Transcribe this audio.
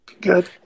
Good